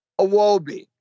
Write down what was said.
Awobi